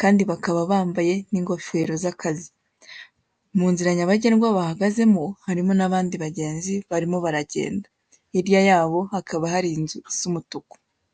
,kandi bakaba bambaye n'ingofero z'akazi .Munzira nyabagendwa bahagazemo harimo n'abandi bagenzi barimo baragenda hirya yabo hakaba hari inzu isa umutuku .